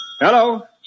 Hello